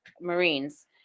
marines